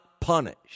punished